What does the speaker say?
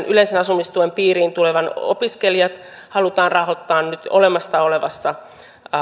yleisen asumistuen piiriin tulevat opiskelijat halutaan rahoittaa nyt olemassa olevasta